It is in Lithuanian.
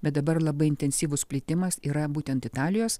bet dabar labai intensyvus plitimas yra būtent italijos